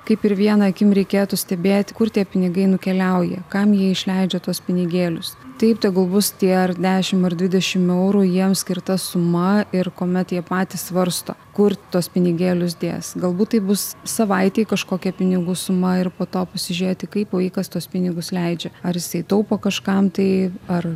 kaip ir viena akim reikėtų stebėti kur tie pinigai nukeliauja kam jie išleidžia tuos pinigėlius taip tegul bus tie ar dešimt ar dvidešimt eurų jiems skirta suma ir kuomet jie patys svarsto kur tuos pinigėlius dės galbūt tai bus savaitei kažkokia pinigų suma ir po to pasižiūrėti kaip vaikas tuos pinigus leidžia ar jisai taupo kažkam tai ar